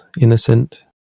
innocent